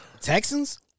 Texans